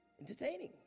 Entertaining